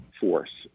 force